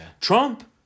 Trump